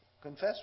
Confess